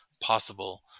possible